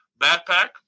Backpack